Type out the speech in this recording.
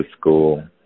school